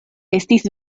estis